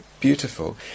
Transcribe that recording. Beautiful